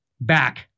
back